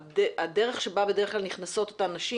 הדרך שבה בדרך כלל נכנסות אותן נשים,